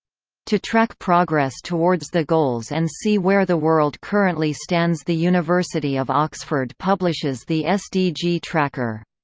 to track progress towards the goals and see where the world currently stands the university of oxford publishes the sdg-tracker.